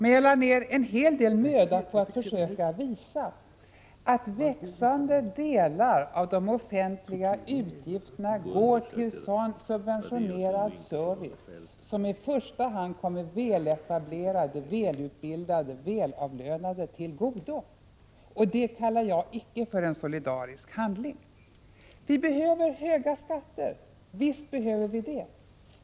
Men jag lade ner en hel del möda på att försöka visa att växande delar av de offentliga utgifterna går till sådan subventionerad service som i första hand kommer väletablerade, välutbildade, välavlönade till godo, och det kallar jag icke för en solidarisk handling. Vi behöver höga skatter — visst behöver vi det.